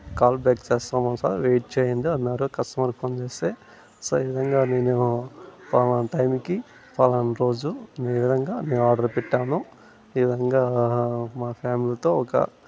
call back చేస్తాము sir wait చెయ్యండి అన్నారు కస్టమర్కి ఫోన్ చేస్తే సార్ ఈవిధంగా నేను పలనా టైమ్కి పలనా రోజు ఈవిధంగా మేము ఆర్డర్ పెట్టాను ఈవిధంగా మా ఫ్యామిలితో ఒక